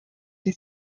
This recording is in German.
die